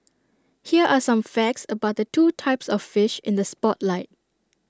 here are some facts about the two types of fish in the spotlight